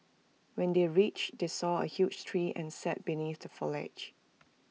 when they reached they saw A huge tree and sat beneath the foliage